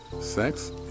sex